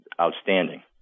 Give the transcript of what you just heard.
outstanding